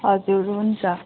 हजुर हुन्छ